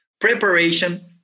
Preparation